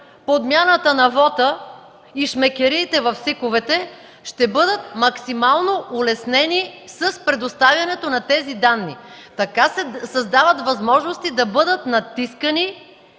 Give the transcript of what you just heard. подмяната на вота и шмекериите в СИК-овете, ще бъдат максимално улеснени с предоставянето на тези данни. Така се създават възможности да бъдат натискани